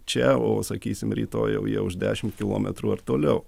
čia o sakysim rytoj jau jie už dešimt kilometrų ar toliau